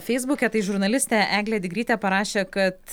feisbuke tai žurnalistė eglė digrytė parašė kad